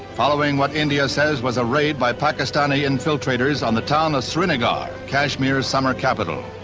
following what india says was a raid by pakistani infiltrators on the town of srinagar, kashmir's summer capital.